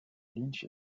lynch